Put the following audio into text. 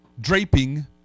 draping